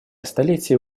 столетие